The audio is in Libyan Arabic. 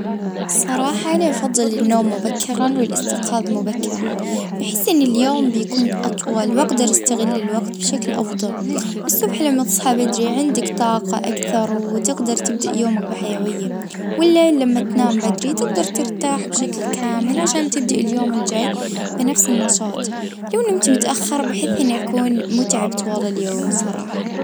اه نحب النوم المتأخر اه والنهوض متأخر، الليل عندي وجت الإبداع والتفكير.